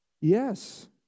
Yes